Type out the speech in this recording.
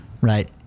Right